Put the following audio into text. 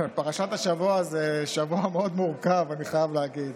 פרשת השבוע, זה שבוע מאוד מורכב, אני חייב להגיד.